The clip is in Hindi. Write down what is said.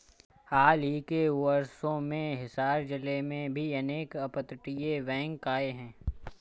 हाल ही के वर्षों में हिसार जिले में भी अनेक अपतटीय बैंक आए हैं